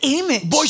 image